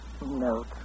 No